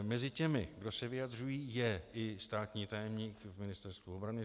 Mezi těmi, kdo se vyjadřují, je i státní tajemník v Ministerstvu obrany.